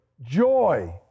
joy